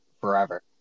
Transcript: forever